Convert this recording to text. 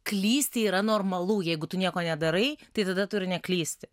klysti yra normalu jeigu tu nieko nedarai tai tada tu ir neklysti